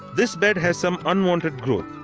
this bed has some unwanted growth.